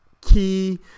Key